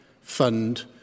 fund